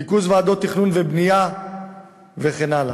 ריכוז ועדות תכנון ובנייה וכן הלאה.